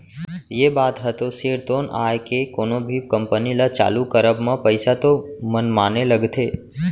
ये बात ह तो सिरतोन आय के कोनो भी कंपनी ल चालू करब म पइसा तो मनमाने लगथे